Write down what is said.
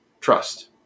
trust